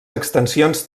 extensions